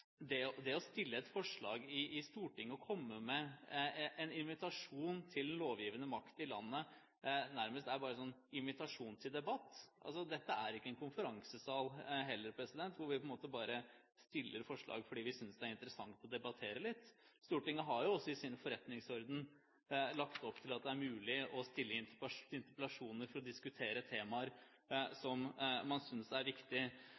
komme med en invitasjon til den lovgivende makt i landet nærmest bare er en invitasjon til debatt. Dette er ikke en konferansesal hvor vi bare fremmer forslag fordi vi synes det er interessant å debattere litt. Stortinget har i sin forretningsorden lagt opp til at det er mulig å ta opp interpellasjoner for å diskutere temaer som man synes er